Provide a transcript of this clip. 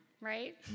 Right